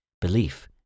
belief